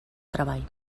treball